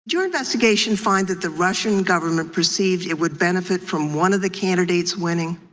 your investigation find that the russian government perceived it would benefit from one of the candidates winning?